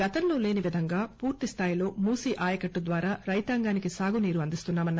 గతంలో లేనివిధంగా పూర్తి స్థాయిలో మూసీ ఆయకట్టు ద్వారా రైతాంగానికి సాగునీరు అందిస్తున్నా మన్నారు